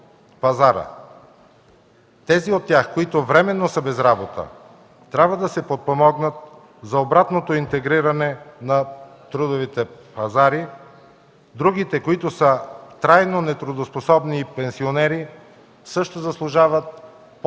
Тези от тях, които временно са без работа, трябва да се подпомогнат за обратното интегриране на трудовите пазари. Другите, които са трайно нетрудоспособни и пенсионери, също заслужават по-достойни